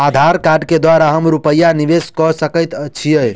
आधार कार्ड केँ द्वारा हम रूपया निवेश कऽ सकैत छीयै?